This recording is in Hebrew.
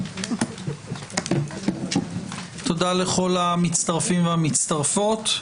תודה לכול המצטרפים והמצטרפות.